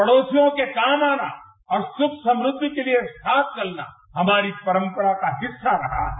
पड़ोसियों के काम आना और सुख समृद्धि के लिए साथ चलना हमारी परम्परा का हिस्सा रहा है